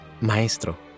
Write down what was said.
Maestro